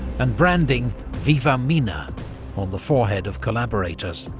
and branding viva mina on the forehead of collaborators.